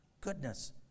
Goodness